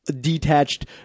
detached